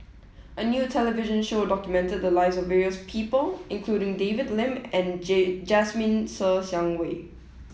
a new television show documented the lives of various people including David Lim and Jasmine Ser Xiang Wei